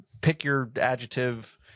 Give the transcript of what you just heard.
pick-your-adjective